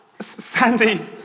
Sandy